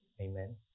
Amen